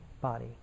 body